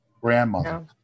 grandmother